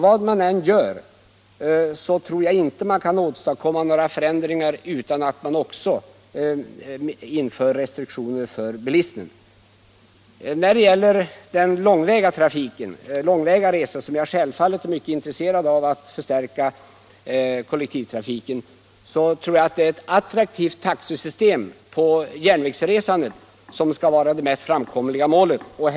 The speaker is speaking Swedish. Vad man än gör, tror jag inte man kan åstadkomma några förändringar utan att man också inför restriktioner för bilismen. När det gäller långväga resor är jag självfallet också mycket intresserad av att förstärka kollektivtrafiken. Jag tror att ett attraktivt taxesystem för järnvägsresandet skall vara den mest framkomliga vägen för att nå målet.